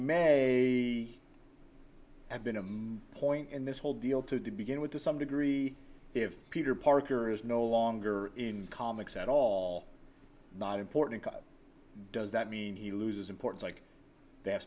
a have been a my point in this whole deal to begin with to some degree if peter parker is no longer in comics at all not important does that mean he loses importance like th